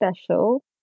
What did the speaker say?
special